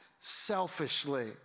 selfishly